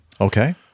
Okay